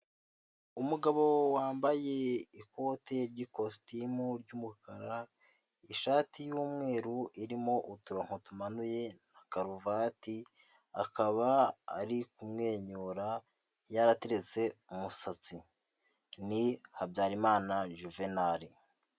Umugore udafite umusatsi wambaye linete, ikanzu y’iroza ryerurutse, abantu benshi inyuma ye.